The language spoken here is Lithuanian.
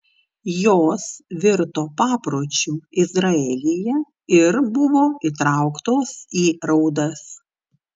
jos virto papročiu izraelyje ir buvo įtrauktos į raudas